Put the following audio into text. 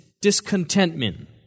discontentment